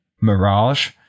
mirage